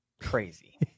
crazy